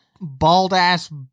bald-ass